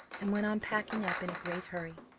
and went on packing up in a great hurry.